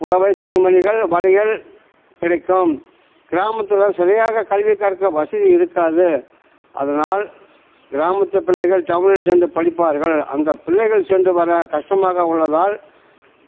புடவை துணிமணிகள் வளையல் கிடைக்கும் கிராமத்தில் சரியாக கல்வி கற்க வசதி இருக்காது அதனால் கிராமத்து பிள்ளைகள் டவுனில் சென்று படிப்பார்கள் அந்த பிள்ளைகள் சென்று வர கஷ்டமாக உள்ளதால்